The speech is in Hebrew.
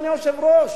אדוני היושב-ראש,